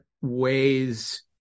ways